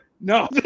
no